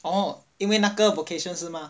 orh 因为那个 vocation 是 mah